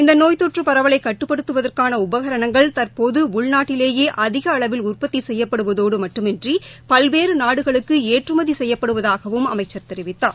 இந்தநோய் தொற்றுபரவலைகட்டுப்படுத்துவதற்கானஉபகரணங்கள் தற்போதுஉள்நாட்டிலேயேஅதிகஅளவில் உற்பத்திசெய்யப்படுவதோடுமட்டுமன்றிபல்வேறுநாடுகளுக்குஏற்றுமதிசெய்யப்படுவதாகவும் அமைச்சர் தெரிவித்தார்